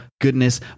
goodness